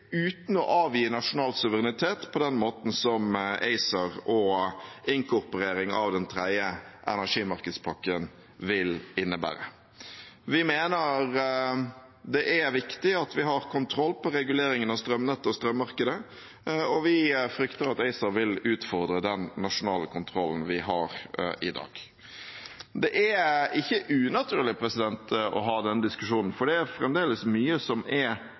uten å avgi nasjonal suverenitet på den måten som ACER og inkorporering av den tredje energimarkedspakken vil innebære. Vi mener det er viktig at vi har kontroll på reguleringen av strømnettet og strømmarkedet, og vi frykter at ACER vil utfordre den nasjonale kontrollen vi har i dag. Det er ikke unaturlig å ha den diskusjonen, for det er fremdeles mye som er